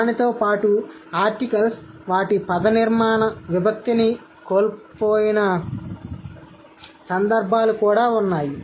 దానితో పాటు ఆర్టికల్స్ వాటి పదనిర్మాణ విభక్తిని కోల్పోయిన సందర్భాలు కూడా ఉన్నాయి